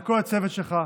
לכל הצוות שלך,